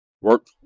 Work